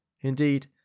Indeed